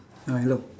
ah hello